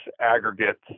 aggregate